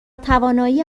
توانایی